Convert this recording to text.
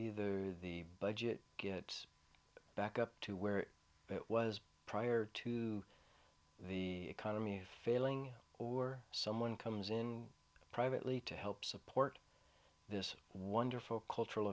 either the budget gets back up to where it was prior to the economy failing or someone comes in privately to help support this wonderful cultural